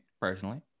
personally